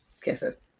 Kisses